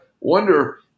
wonder